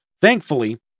Thankfully